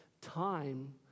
time